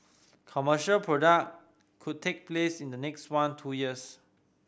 commercial product could take place in the next one two years